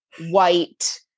white